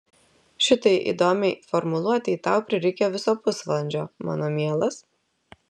šitai įdomiai formuluotei tau prireikė viso pusvalandžio mano mielas